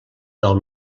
del